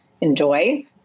enjoy